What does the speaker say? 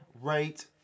rate